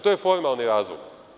To je formalni razlog.